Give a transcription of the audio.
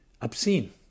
obscene